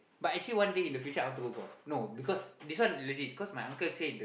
but actually one day in the future I want to go no because that's why legit because my uncle say the